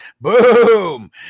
boom